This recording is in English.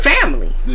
family